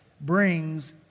brings